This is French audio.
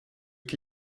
qui